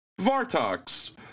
Vartox